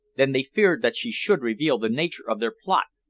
then they feared that she should reveal the nature of their plot,